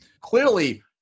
clearly –